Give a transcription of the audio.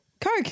Coke